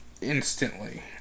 instantly